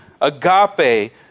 agape